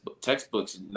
textbooks